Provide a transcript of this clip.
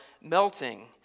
melting